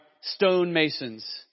stonemasons